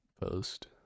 post